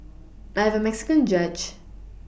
I have a Mexican judge